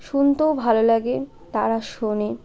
শুনতেও ভালো লাগে তারা শোনে